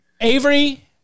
Avery